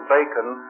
Bacon